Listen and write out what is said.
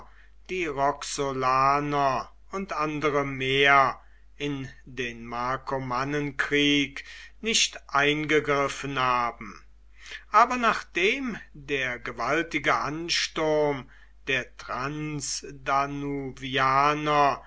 die roxolaner und andere mehr in den markomannenkrieg nicht eingegriffen haben aber nachdem der gewaltige ansturm der transdanuvianer